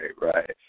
right